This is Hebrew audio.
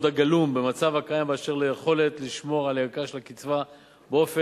הגלום במצב הקיים בכל הקשור ליכולת לשמור על ערכה של הקצבה באופן